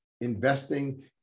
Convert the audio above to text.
investing